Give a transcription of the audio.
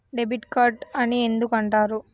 Debit card అని ఎందుకు అంటారు?